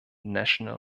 national